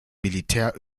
militär